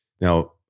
Now